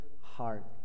heart